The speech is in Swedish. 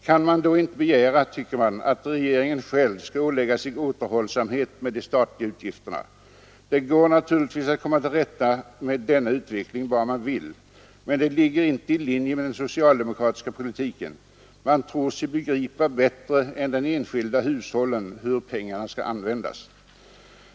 Kan man då inte begära att regeringen själv skall ålägga sig återhållsamhet med de statliga utgifterna? Det går naturligtvis att komma till rätta med denna utveckling, bara man vill. Men det ligger inte i linje med den socialdemokratiska politiken. Man tror sig begripa bättre än de enskilda hushållen hur pengarna skall användas.